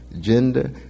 gender